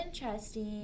interesting